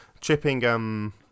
chipping